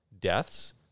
deaths